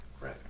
right